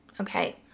okay